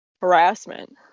Harassment